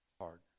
hard